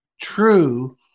true